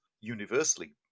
universally